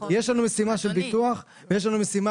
יש לנו משימה של ביטוח ויש לנו משימה